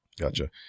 Gotcha